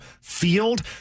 field